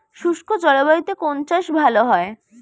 শুষ্ক জলবায়ুতে কোন চাষ ভালো হয়?